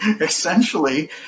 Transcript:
essentially